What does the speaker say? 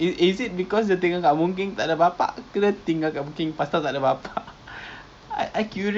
that time I I was near the boon keng area then there was this doctor dan dia punya kucing